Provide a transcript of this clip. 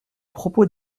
propos